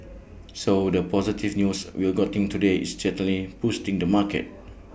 so the positive news we've gotten today is certainly boosting the market